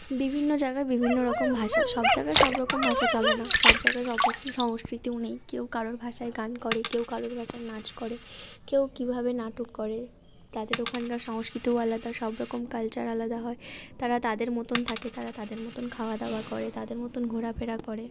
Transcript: বিভিন্ন জায়গা বিভিন্ন রকম ভাষা সব জায়গায় সব রকম ভাষা চলে না সব জায়গায় সব রকম সংস্কৃতিও নেই কেউ কারোর ভাষায় গান করে কেউ কারোর ভাষায় নাচ করে কেউ কীভাবে নাটক করে তাদের ওখানকার সংস্কৃতিও আলাদা সব রকম কালচার আলাদা হয় তারা তাদের মতোন থাকে তারা তাদের মতোন খাওয়া দাওয়া করে তাদের মতোন ঘোরা ফেরা করে